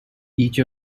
each